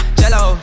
jello